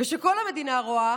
ושכל המדינה רואה